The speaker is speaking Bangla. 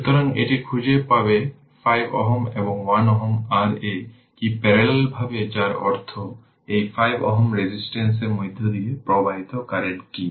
সুতরাং এটি খুঁজে পাবে 5 Ω এবং 1 Ω r এ আছে কি প্যারালেলভাবে যার অর্থ এই 5 Ω রেজিস্ট্যান্সের মধ্য দিয়ে প্রবাহিত কারেন্ট কী